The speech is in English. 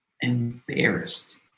embarrassed